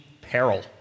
peril